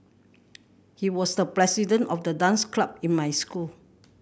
he was the president of the dance club in my school